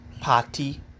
party